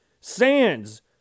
Sands